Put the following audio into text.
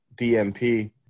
DMP